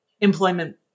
employment